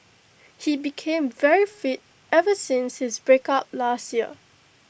he became very fit ever since his breakup last year